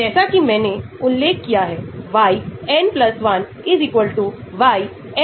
और जैसा कि आप प्रतिस्थापन के आधार पर देख सकते हैं प्रत्येक प्रतिस्थापन log p के लिए योगदान देता है